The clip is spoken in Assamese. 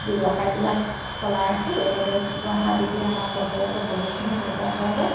ব্যৱসায়বিলাক চলাই আছো এনেদৰে কুকুৰা হাঁহ বিকিয়ে আমাৰ বছেৰেকত বহুতখিনি পইচা পোৱা যায়